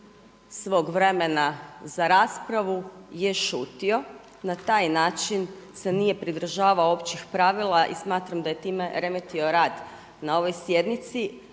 svog vremena za raspravu je šutio. Na taj način se nije pridržavao općih pravila i smatram da je time remetio rad na ovoj sjednici.